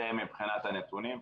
זה מבחינת הנתונים.